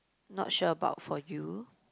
not sure about for you